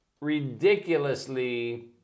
ridiculously